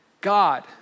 God